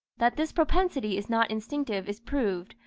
that this propensity is not instinctive is proved,